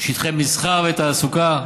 שטחי מסחר ותעסוקה,